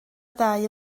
ddau